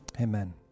amen